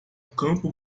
campo